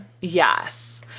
Yes